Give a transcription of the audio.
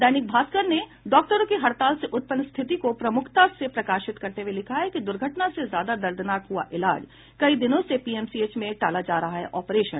दैनिक भास्कर ने डॉक्टरों की हड़ताल से उत्पन्न स्थिति को प्रमुखता से प्रकाशित करते हुये लिखा है दुर्घटना से ज्यादा दर्दनाक हुआ इलाज कई दिनों से पीएमसीएच में टाला जा रहा ऑपरेशन